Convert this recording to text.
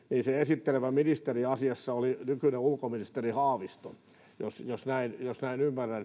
esittelevä ministeri asiassa oli nykyinen ulkoministeri haavisto jos näin jos näin